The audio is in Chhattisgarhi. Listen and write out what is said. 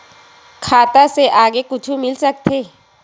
खाता से आगे कुछु मिल सकथे?